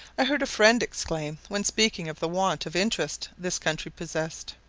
i heard a friend exclaim, when speaking of the want of interest this country possessed,